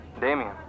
Damien